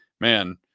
man